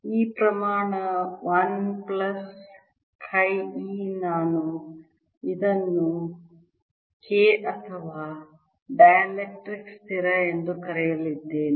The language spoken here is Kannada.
ಈ ಪ್ರಮಾಣ 1 ಪ್ಲಸ್ ಚಿ e ನಾವು ಇದನ್ನು K ಅಥವಾ ಡೈಎಲೆಕ್ಟ್ರಿಕ್ ಸ್ಥಿರ ಎಂದು ಕರೆಯಲಿದ್ದೇವೆ